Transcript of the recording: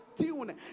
tune